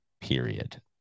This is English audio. period